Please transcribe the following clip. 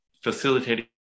facilitating